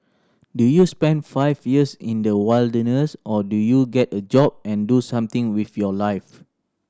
do you spend five years in the wilderness or do you get a job and do something with your life